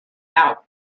out